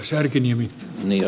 arvoisa puhemies